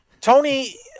Tony